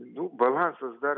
nu balansas dar